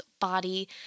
body